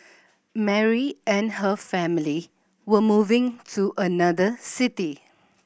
Mary and her family were moving to another city